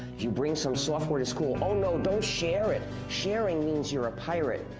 if you bring some software to school, oh! no, don't share it. sharing means you're ah pirate,